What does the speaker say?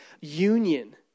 Union